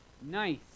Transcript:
nice